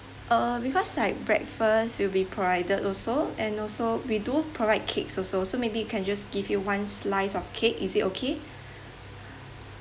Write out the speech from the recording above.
uh because like breakfast will be provided also and also we do provide cakes also so maybe we can just give you one slice of cake is it okay